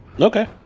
Okay